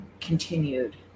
continued